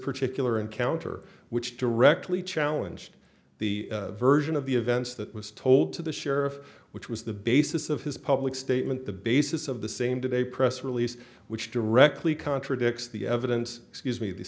particular outer which directly challenge the version of the events that was told to the sheriff which was the basis of his public statement the basis of the same today press release which directly contradicts the evidence excuse me the